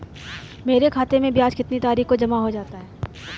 मेरे खाते में ब्याज कितनी तारीख को जमा हो जाता है?